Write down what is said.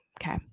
Okay